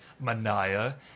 Mania